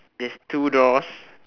there's two doors